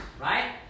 Right